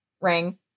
ring